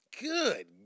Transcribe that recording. Good